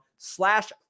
slash